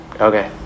okay